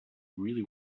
really